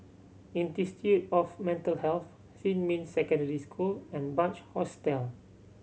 Institute of Mental Health Xinmin Secondary School and Bunc Hostel